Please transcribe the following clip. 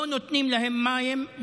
לא נותנים להם מים,